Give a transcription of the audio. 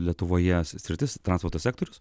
lietuvoje sritis transporto sektorius